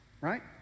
right